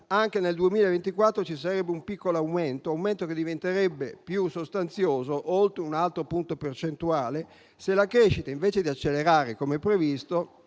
Anche nel 2024 ci sarebbe un piccolo aumento, che diventerebbe più sostanzioso - oltre un altro punto percentuale - se la crescita, anziché accelerare, come previsto